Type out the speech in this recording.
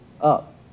up